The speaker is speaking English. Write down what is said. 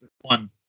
one